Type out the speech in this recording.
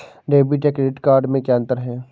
Debit या credit card में क्या अन्तर है?